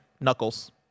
Knuckles